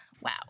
Wow